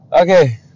Okay